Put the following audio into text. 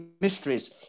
mysteries